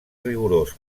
rigorós